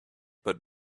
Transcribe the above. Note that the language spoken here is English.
but